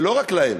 ולא רק להם,